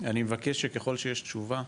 אני מבקש שככל שיש תשובה,